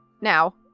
Now